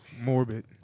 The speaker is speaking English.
Morbid